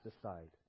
aside